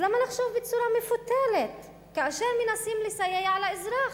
אז למה לחשוב בצורה מפותלת כאשר מנסים לסייע לאזרח?